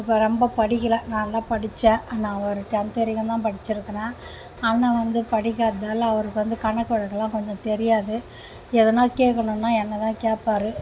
ரொம்ப படிக்கல நான் தான் படித்தேன் நான் ஒரு டென்த்து வரைக்கும் தான் படித்திருக்குறேன் அண்ணன் வந்து படிக்காததால் அவருக்கு வந்து கணக்கு வழக்குலாம் கொஞ்சம் தெரியாது எதுனா கேக்கணும்னா என்னை தான் கேட்பாரு